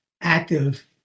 active